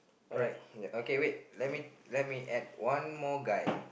right okay wait let me let me add one more guy